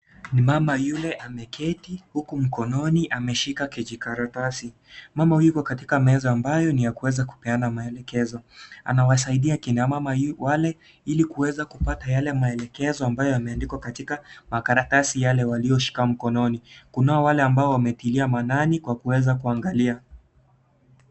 Ni mama yule ameketi huku mkononi ameshika kijikaratasi, mama yuko katika meza ambayo ni ya kuweza kupeana maelekezo. Anawasaidia kina mama wale ili kuweza kupata yale maelekezo ambayo yameandikwa katika makaratasi yale waliyoshika mkononi. Kuna wale ambao wametia maanani kwa kuweza kuangalia.